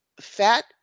fat